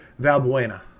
Valbuena